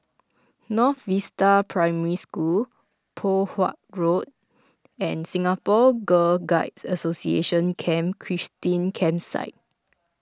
North Vista Primary School Poh Huat Road and Singapore Girl Guides Association Camp Christine Campsite